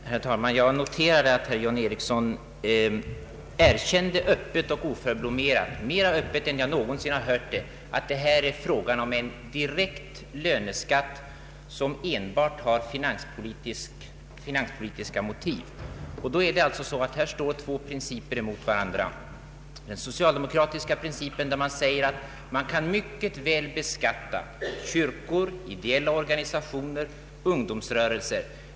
Herr talman! Jag noterade att herr John Ericsson öppet och oförblommerat — mera öppet än jag någonsin hört det — erkände att det här är fråga om en direkt löneskatt, som enbart har finanspolitiska motiv. Alltså står här två principer mot varandra. Den socialdemokratiska principen innebär att man mycket väl kan beskatta kyrkor, ideella organisationer och ungdomsrörelser.